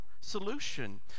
solution